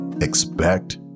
expect